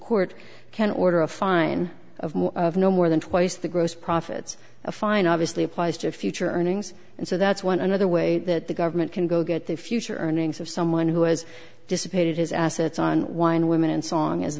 court can order a fine of no more than twice the gross profits a fine obviously applies to future earnings and so that's one another way that the government can go get the future earnings of someone who has dissipated his assets on wine women and song